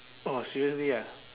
oh seriously ah